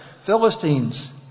Philistines